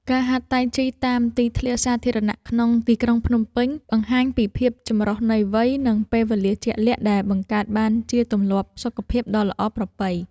ការហាត់តៃជីតាមទីធ្លាសាធារណៈក្នុងទីក្រុងភ្នំពេញ បង្ហាញពីភាពចម្រុះនៃវ័យ និងពេលវេលាជាក់លាក់ដែលបង្កើតបានជាទម្លាប់សុខភាពដ៏ល្អប្រពៃ។